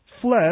fled